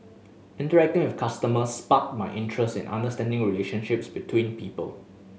interacting with customers sparked my interest in understanding relationships between people